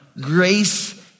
Grace